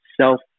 self